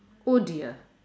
oh dear